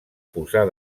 posar